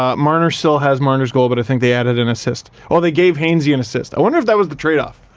ah marner still has marner's goal, but i think they added an assist. well, they gave hainsey an assist, i wonder if that was the trade-off.